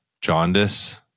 jaundice